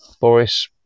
boris